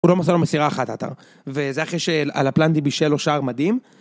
הוא לא מסר לו מסירה אחת עטר, וזה הכי שהלפלנדי בישל לו שער מדהים.